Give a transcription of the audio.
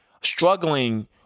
struggling